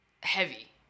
heavy